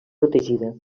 protegida